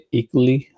equally